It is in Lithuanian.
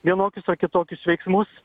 vienokius ar kitokius veiksmus